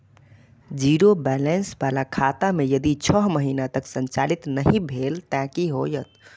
Zero balance बाला खाता में यदि छः महीना तक संचालित नहीं भेल ते कि होयत?